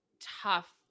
tough